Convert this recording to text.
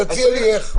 תציע לי איך.